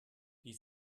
die